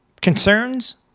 concerns